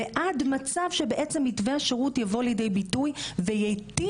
ועד מצב שבעצם מתווה השירות יבוא לידי ביטוי וייטיב,